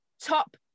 top